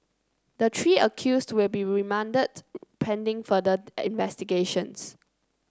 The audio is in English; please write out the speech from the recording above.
the three accused will be remanded pending further investigations